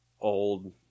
old